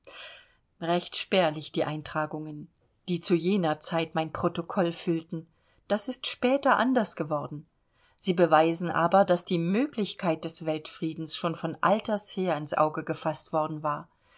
recht spärlich die eintragungen die zu jener zeit mein protokoll füllten das ist später anders geworden sie beweisen aber daß die möglichkeit des weltfriedens schon von altersher ins auge gefaßt worden war